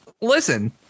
listen